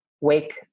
wake